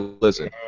listen